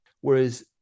Whereas